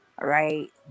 Right